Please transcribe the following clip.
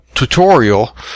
Tutorial